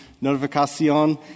notification